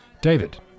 David